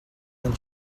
and